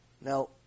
Now